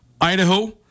Idaho